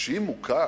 והיא מוקעת.